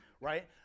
right